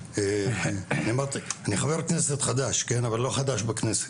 אני חבר כנסת חדש אבל לא חדש בכנסת,